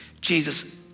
Jesus